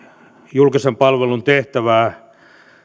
julkisen palvelun tehtävää